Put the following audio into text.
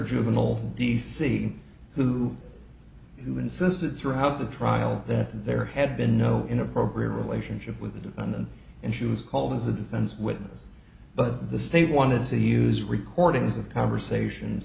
juvenile d c who who insisted throughout the trial that there had been no inappropriate relationship with the defendant and she was called as a defense witness but the state wanted to use recordings of conversations